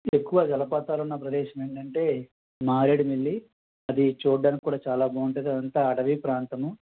ఎక్కువ జలపాతాలున్న ప్రదేశమేటంటే మారేడుమిల్లి అది చూడడానికి కూడా చాల బాగుంటుంది అంతా అటవీ ప్రాంతము